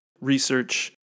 research